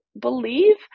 believe